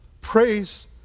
Praise